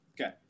okay